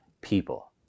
people